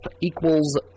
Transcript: equals